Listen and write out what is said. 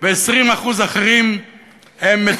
אבל הדברים האלה לא